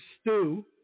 stew